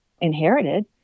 inherited